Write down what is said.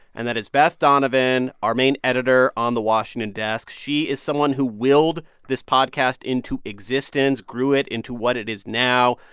and that is beth donovan, our main editor on the washington desk. she is someone who willed this podcast into existence, grew it into what it is now,